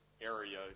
area